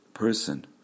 person